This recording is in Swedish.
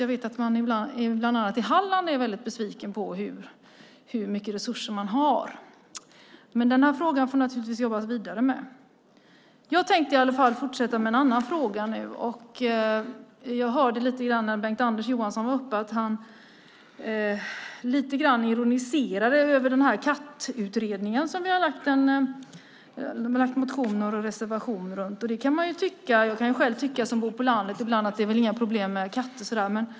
Jag vet att man i bland annat Halland är väldigt besviken på de resurser man får. Men den här frågan får det naturligtvis jobbas vidare med. Jag tänker fortsätta med en annan fråga nu. Jag hörde när Bengt-Anders Johansson var uppe att han lite grann ironiserade över vår reservation och motion om en kattutredning. Jag som bor på landet kan ibland själv tycka att det väl inte är några problem med katter.